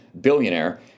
billionaire